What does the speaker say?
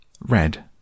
Red